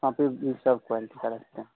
वहाँ पर दूसरा क्वालटी का रहता